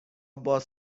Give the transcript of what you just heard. باز